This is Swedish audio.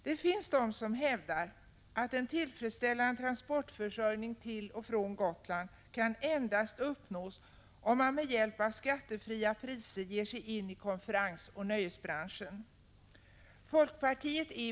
Det finns de som hävdar att en tillfredsställande transportförsörjning till och från Gotland endast kan uppnås om man med hjälp av skattefri försäljning ger sig in i konferensoch nöjesbranschen.